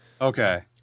Okay